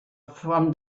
from